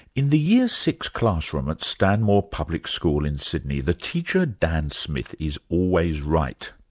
in the year six classroom at stanmore public school in sydney, the teacher, dan smith, is always right.